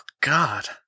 God